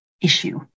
issue